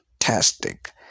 fantastic